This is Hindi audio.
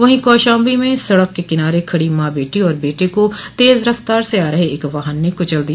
वहीं कौशाम्बी में सड़क के किनारे खड़ी माँ बेटी और बेटे को तेज रफ्तार से आ रहे एक वाहन ने कुचल दिया